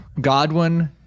Godwin